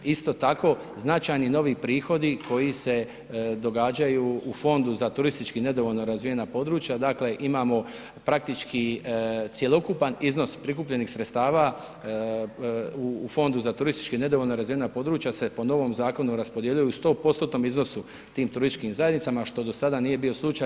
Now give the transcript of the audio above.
Isto tako značajni novi prihodi koji se događaju u Fondu za turistički nedovoljno razvijena područja, dakle imamo praktički cjelokupan iznos prikupljenih sredstava u Fondu za turistički nedovoljno razvijena područja se po novom zakonu raspodjeljuje u 100% iznosu tim turističkim zajednicama što do sada nije bio slučaj.